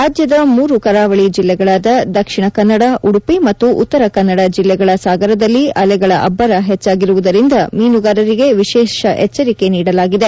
ರಾಜ್ಯದ ಮೂರು ಕರಾವಳಿ ಜಿಲ್ಲೆಗಳಾದ ದಕ್ಷಿಣ ಕನ್ನಡ ಉಡುಪಿ ಮತ್ತು ಉತ್ತರ ಕನ್ನಡ ಜಲ್ಲೆಗಳ ಸಾಗರದಲ್ಲಿ ಅಲೆಗಳ ಅಭ್ಯರ ಹೆಚ್ಚಾಗಿರುವುದರಿಂದ ಮೀನುಗಾರರಿಗೆ ವಿಶೇಷ ಎಚ್ಗರಿಕೆ ನೀಡಲಾಗಿದೆ